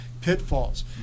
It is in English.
Pitfalls